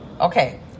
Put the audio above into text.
okay